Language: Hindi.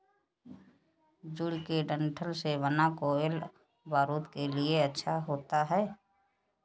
जूट के डंठल से बना कोयला बारूद के लिए अच्छा होता है